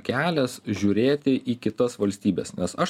kelias žiūrėti į kitas valstybes nes aš